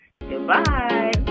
Goodbye